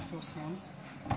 איפה השר?